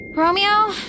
Romeo